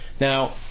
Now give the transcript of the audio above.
Now